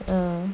mm